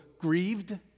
grieved